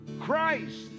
Christ